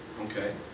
okay